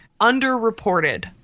underreported